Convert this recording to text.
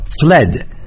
fled